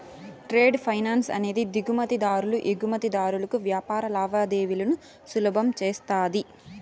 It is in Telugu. ట్రేడ్ ఫైనాన్స్ అనేది దిగుమతి దారులు ఎగుమతిదారులకు వ్యాపార లావాదేవీలను సులభం చేస్తది